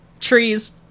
Trees